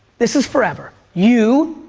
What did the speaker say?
this is forever. you,